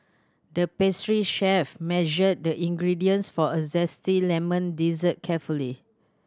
the pastry chef measured the ingredients for a zesty lemon dessert carefully